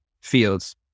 Fields